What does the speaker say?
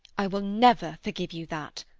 i will never forgive you that.